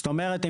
זאת אומרת,